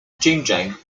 xinjiang